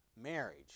marriage